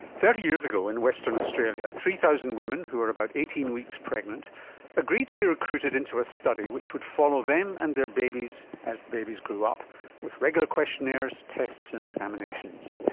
thirty years ago in western australia, three thousand women who were about eighteen weeks pregnant agreed to be recruited into a study which would follow them and their babies as the babies grew up with regular questionnaires, tests and examinations.